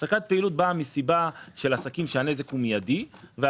הפסקת פעילות באה מסיבה של עסקים שהנזק הוא